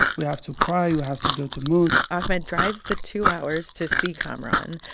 we have to pray. you have to go to mosque ahmed drives the two hours to see kamaran.